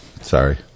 sorry